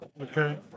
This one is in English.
Okay